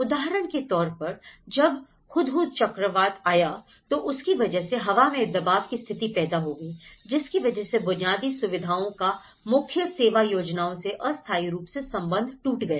उदाहरण के तौर पर जब हुदहुद चक्रवात आया तो उसकी वजह से हवा में दबाव की स्थिति पैदा हो गई जिसकी वजह से बुनियादी सुविधाओं का मुख्य सेवा योजनाओं से अस्थाई रूप से संबंध टूट गया